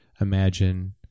imagine